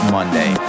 Monday